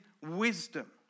wisdom